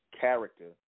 character